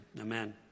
Amen